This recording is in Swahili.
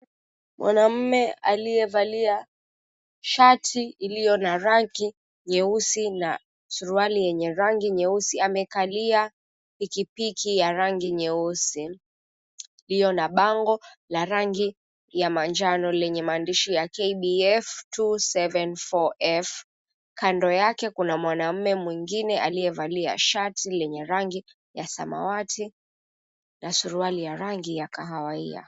Mwanaume aliyevalia shati iliyo na rangi nyeusi na suruali yenye rangi nyeusi amekalia pikipiki ya rangi nyeusi iliyo na bango la rangi ya manjano lenye maandishi ya KBF274F kando yake, kuna mwanaume mwingine aliyevalia shati lenye rangi ya samawati na suruali ya rangi ya kahawia.